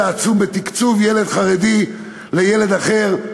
העצום בתקצוב ילד חרדי לתקצוב ילד אחר,